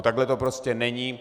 Takhle to prostě není.